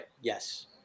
Yes